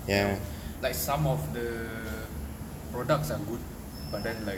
you know like some of the products are good but then like